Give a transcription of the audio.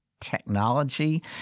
technology